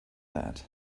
that